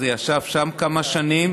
וזה ישב שם כמה שנים.